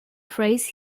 phrase